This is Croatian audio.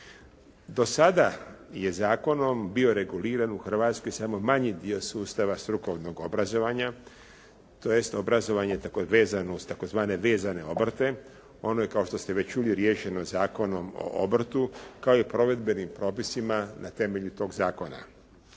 Do sada je zakonom bio reguliran u Hrvatskoj samo manji dio sustava strukovnog obrazovanja tj. obrazovanje vezano uz tzv. vezane obrte. Ono je kao što ste čuli riješeno Zakonom o obrtu, kao i provedbenim propisima na temelju tog zakona.